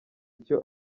icyo